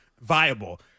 viable